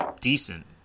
decent